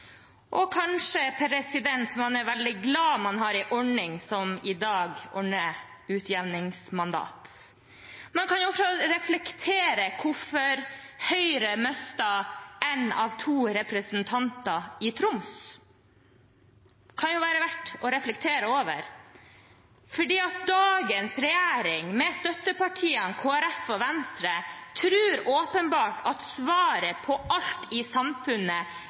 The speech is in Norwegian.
og kanskje man er veldig glad for at man har en ordning som i dag ordner utjevningsmandat. Man kan reflektere over hvorfor Høyre mistet en av to representanter i Troms. Det kan det være verdt å reflektere over. Dagens regjering, med støttepartiene Kristelig Folkeparti og Venstre, tror åpenbart at svaret på alt i samfunnet